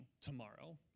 tomorrow